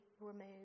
removed